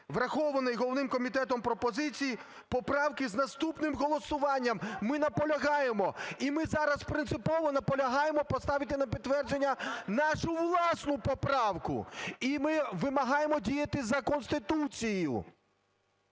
врахованої головним комітетом пропозиції, поправки з наступним голосуванням…" Ми наполягаємо! І ми зараз принципово наполягаємо поставити на підтвердження нашу власну поправку. І ми вимагаємо діяти за Конституцією